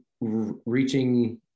reaching